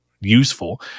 useful